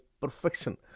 perfection